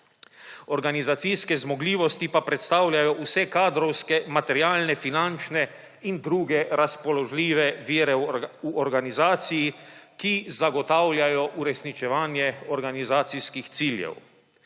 Organizacijske zmogljivosti pa predstavljajo vse kadrovske, materialne, finančne in druge razpoložljive vire v organizaciji, ki zagotavljajo uresničevanje organizacijskih ciljev.